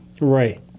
Right